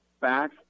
back